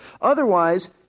Otherwise